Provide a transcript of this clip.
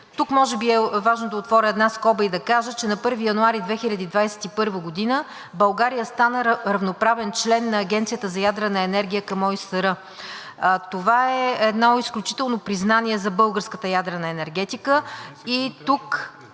Тук може би е важно да отворя една скоба и да кажа, че на 1 януари 2021 г. България стана равноправен член на Агенцията за ядрена енергия към ОИСР. Това е едно изключително признание за българската ядрена енергетика. Тук